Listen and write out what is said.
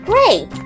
Great